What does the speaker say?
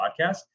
podcast